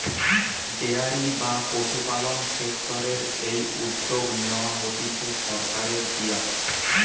dairy বা পশুপালন সেক্টরের এই উদ্যগ নেয়া হতিছে সরকারের দিয়া